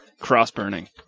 cross-burning